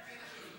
אתה שואל אותי?